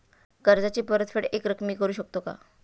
कर्जाची परतफेड एकरकमी करू शकतो का?